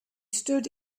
stood